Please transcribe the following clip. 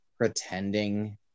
pretending